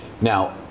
Now